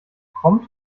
prompt